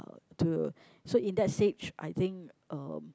to so in that stage I think um